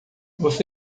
você